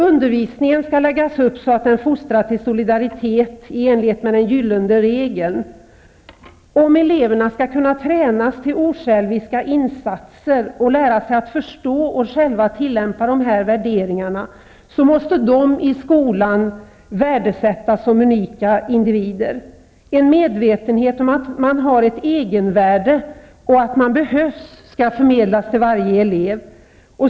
Undervisningen skall läggas upp så att den fostrar till solidaritet i enlighet med den gyllene regeln. Om eleverna skall kunna tränas till osjälviska insatser och lära sig att förstå och själva tillämpa de här värderingarna, måste de i skolan värdesättas som unika individer. En medvetenhet om att man har ett egenvärde och att man behövs skall förmedlas till varje elev.